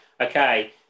Okay